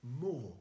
more